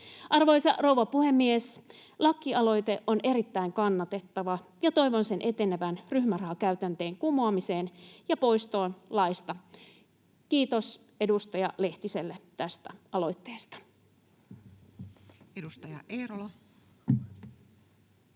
Arvoisa rouva puhemies! Lakialoite on erittäin kannatettava, ja toivon sen etenevän ryhmärahakäytänteen kumoamiseen ja poistoon laista. Kiitos edustaja Lehtiselle tästä aloitteesta. [Speech